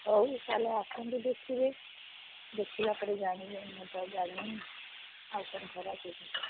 ହଉ ତା'ହେଲେ ଆସନ୍ତୁ ଦେଖିବେ ଦେଖିଲା ପରେ ଜାଣିବେ ମୁଁ ତ ଜାଣିନି ଆସନ୍ତୁ ଥରେ ଆସିକି